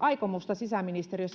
aikomusta